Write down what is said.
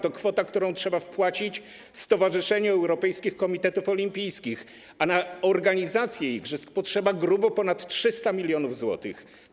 To kwota, którą trzeba wpłacić Stowarzyszeniu Europejskich Komitetów Olimpijskich, a na organizację igrzysk potrzeba grubo ponad 300 mln zł.